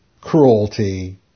cruelty